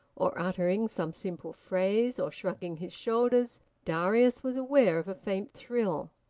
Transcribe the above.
or uttering some simple phrase, or shrugging his shoulders, darius was aware of a faint thrill.